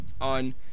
on